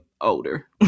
older